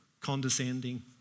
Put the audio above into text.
condescending